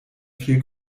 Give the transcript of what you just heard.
viel